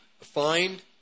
find